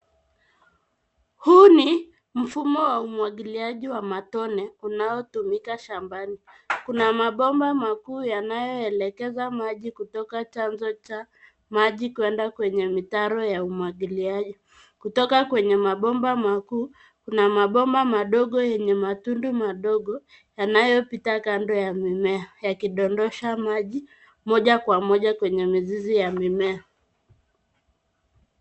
Huu ni mfumo wa umwagiliaji wa matone unaotumika shambani. Kuna mabomba makuu yanayoelekeza maji kutoka chanzo cha maji kwenda kwenye mitaro ya umwagiliaji. Kutoka kwenye mabomba makuu, mabomba madogo yenye matundu madogo yanayopita kando ya mimea yakidondosha maji moja kwa moja kwenye mizizi ya mimea